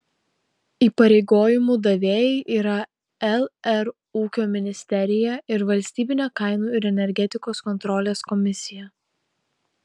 įpareigojimų davėjai yra lr ūkio ministerija ir valstybinė kainų ir energetikos kontrolės komisija